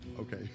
Okay